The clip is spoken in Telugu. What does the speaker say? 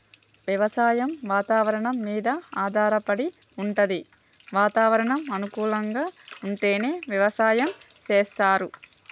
వ్యవసాయం వాతవరణం మీద ఆధారపడి వుంటది వాతావరణం అనుకూలంగా ఉంటేనే వ్యవసాయం చేస్తరు